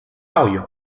校友